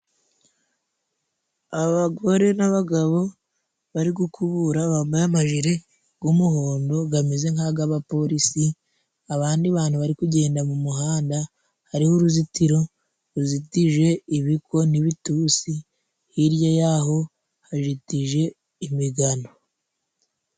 Abagore n'abagabo bari gukubura bambaye amajire g'umuhondo gameze nk'agabapolisi, abandi bantu bari kugenda mu muhanda hariho uruzitiro ruzitije ibigo n'ibitusi hirya yaho hajitije imigano.